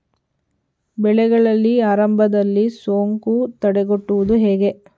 ಬೆಳೆಗಳಿಗೆ ಆರಂಭದಲ್ಲಿ ಸೋಂಕು ತಡೆಗಟ್ಟುವುದು ಹೇಗೆ?